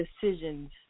decisions